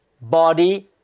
body